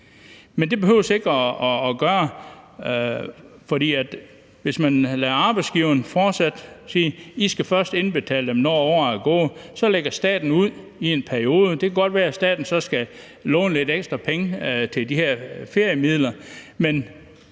det behøver man ikke gøre, hvis man siger til arbejdsgiveren: I skal først indbetale dem, når året er gået, og så lægger staten ud i en periode. Det kan godt være, at staten så skal låne lidt ekstra penge til de her feriemidler,